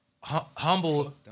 Humble